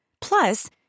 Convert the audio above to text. Plus